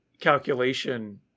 calculation